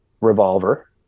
revolver